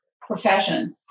profession